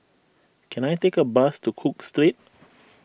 can I take a bus to Cook Street